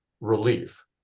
relief